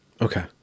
Okay